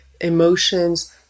emotions